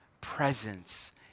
presence